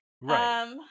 Right